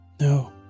No